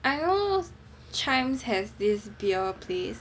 I know Chijmes has this beer place